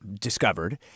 discovered